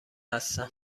هستم